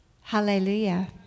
Hallelujah